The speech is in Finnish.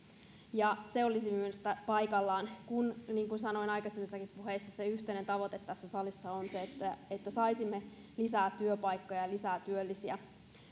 se olisi minusta paikallaan kun niin kuin sanoin aikaisemmissakin puheissa se yhteinen tavoite tässä salissa on että että saisimme lisää työpaikkoja ja ja lisää työllisiä